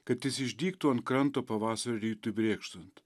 kad jis išdygtų ant kranto pavasario rytui brėkštant